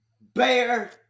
bear